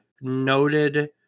noted